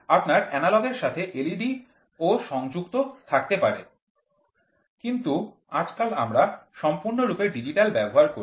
আপনার এনালগ এরসাথে এলইডি ও সংযুক্ত থাকতে পারে কিন্তু আজকাল আমরা সম্পূর্ণরূপে ডিজিটাল ব্যবহার করি